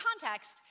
context